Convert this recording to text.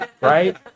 right